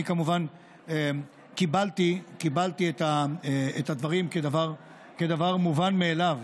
אני, כמובן, קיבלתי את הדברים כדבר מובן מאליו.